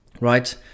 Right